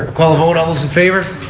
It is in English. call the vote. all those in favor.